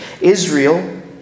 Israel